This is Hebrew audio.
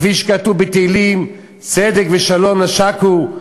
כפי שכתוב בתהילים: "צדק ושלום נשקו,